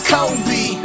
Kobe